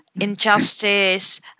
injustice